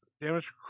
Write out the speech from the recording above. damage